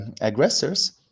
aggressors